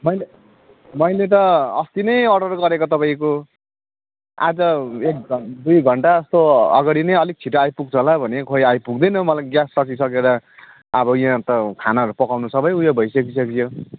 मैले मैले त अस्ति नै अर्डर गरेको तपाईँको आज एक घन्टा दुई घन्टा जस्तो अगाडि नै अलिक छिटो आइपुग्छ होला भनेको खोई आइपुग्दैन मलाई ग्यास सकिसकेर अब यहाँ त खानाहरू पकाउनु सबै ऊ यो भई सकिसक्यो